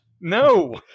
No